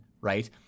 right